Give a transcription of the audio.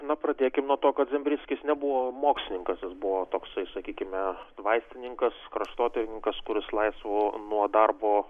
na pradėkim nuo to kad zembrickis nebuvo mokslininkas jis buvo toksai sakykime vaistininkas kraštotyrininkas kuris laisvu nuo darbo